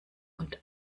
und